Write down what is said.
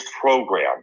program